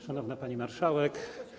Szanowna Pani Marszałek!